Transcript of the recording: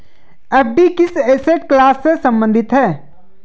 FD किस asset class से संबंधित है?